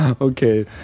Okay